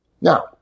Now